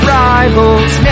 rivals